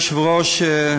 אדוני היושב-ראש,